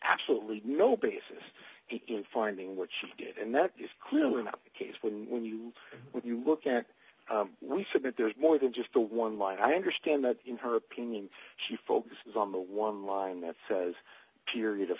absolutely no basis in finding what she did and that is clearly not the case when when you when you look at we submit there's more than just the one line i understand that in her opinion she focuses on the one line that says period of